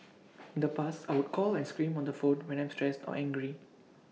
in the past I would call and scream on the phone when I'm stressed or angry